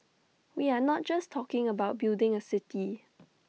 we are not just talking about building A city